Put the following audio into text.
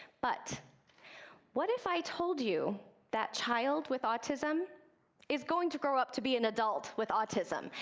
but what if i told you that child with autism is going to grow up to be an adult with autism?